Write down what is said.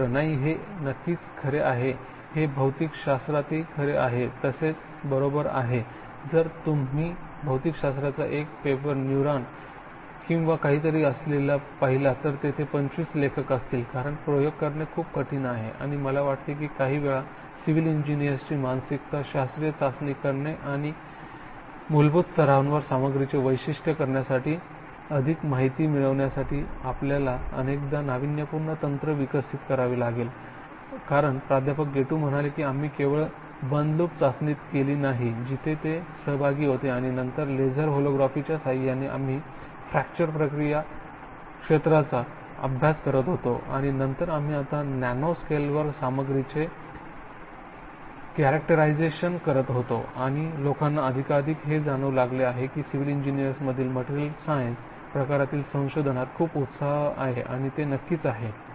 सुरेंद्र नाही हे नक्कीच खरे आहे हे भौतिकशास्त्रातही खरे आहे तसेच बरोबर आहे जर तुम्ही भौतिकशास्त्राचा एक पेपर न्यूरॉन किंवा काहीतरी असलेला पाहिला तर तेथे 25 लेखक असतील कारण प्रयोग करणे खूप कठीण आहे आणि मला वाटते काही वेळा सिव्हिल इंजिनीअरिंगची मानसिकता शास्त्रीय चाचणी करणे आहे आणि मूलभूत स्तरावर सामग्रीचे वैशिष्ट्य करण्यासाठी अधिक माहिती मिळविण्यासाठी आपल्याला अनेकदा नाविन्यपूर्ण तंत्र विकसित करावे लागेल कारण प्राध्यापक गेटू म्हणाले की आम्ही केवळ बंद लूप चाचणीच केली नाही जिथे ते सहभागी होते आणि नंतर लेझर होलोग्राफीच्या सहाय्याने आम्ही फ्रॅक्चर प्रक्रिया क्षेत्राचा अभ्यास करत होतो आणि नंतर आम्ही आता नॅनो स्केलवर सामग्रीचे क्यारेक्टारायजेषण करत होतो आणि लोकांना अधिकाधिक हे जाणवू लागले आहे की सिव्हिल इंजिनीअरिंगमधील मटेरियल सायन्स प्रकारातील संशोधनात खूप उत्साह आहे आणि ते नक्कीच आहे